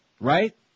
Right